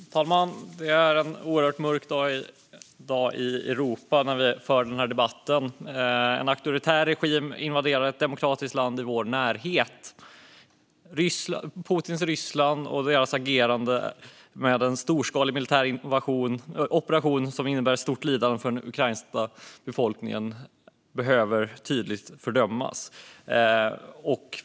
Fru talman! Det är en oerhört mörk dag i Europa när en auktoritär regim invaderar ett demokratiskt land i vår närhet. Putins Ryssland och dess agerande med en storskalig militär operation som innebär ett stort lidande för den ukrainska befolkningen behöver tydligt fördömas.